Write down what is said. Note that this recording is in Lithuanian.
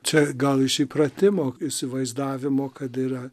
čia gal iš įpratimo įsivaizdavimo kad yra